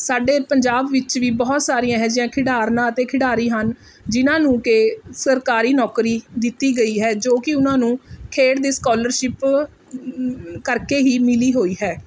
ਸਾਡੇ ਪੰਜਾਬ ਵਿੱਚ ਵੀ ਬਹੁਤ ਸਾਰੀਆਂ ਇਹੋ ਜਿਹੀਆਂ ਖਿਡਾਰਨਾਂ ਅਤੇ ਖਿਡਾਰੀ ਹਨ ਜਿਨ੍ਹਾਂ ਨੂੰ ਕਿ ਸਰਕਾਰੀ ਨੌਕਰੀ ਦਿੱਤੀ ਗਈ ਹੈ ਜੋ ਕਿ ਉਹਨਾਂ ਨੂੰ ਖੇਡ ਦੀ ਸਕੋਲਰਸ਼ਿਪ ਕਰਕੇ ਹੀ ਮਿਲੀ ਹੋਈ ਹੈ